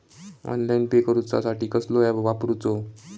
Online pay करूचा साठी कसलो ऍप वापरूचो?